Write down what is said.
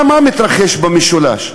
מה מתרחש במשולש?